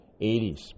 80s